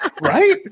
Right